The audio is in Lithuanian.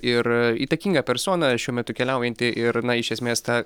ir įtakinga persona šiuo metu keliaujanti ir na iš esmės ta